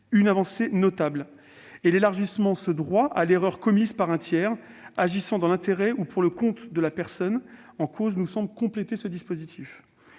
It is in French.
une avancée notable, et l'élargissement de ce droit à l'erreur à un tiers agissant dans l'intérêt ou pour le compte de la personne en cause nous semble compléter utilement ce dispositif.